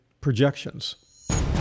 projections